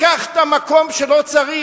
לקחת מקום שלא צריך.